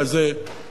אם יורשה לי,